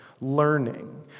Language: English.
learning